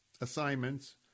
assignments